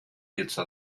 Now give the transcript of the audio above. деться